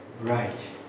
Right